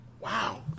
Wow